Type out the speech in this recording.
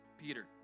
Peter